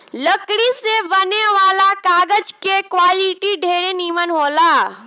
लकड़ी से बने वाला कागज के क्वालिटी ढेरे निमन होला